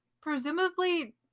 presumably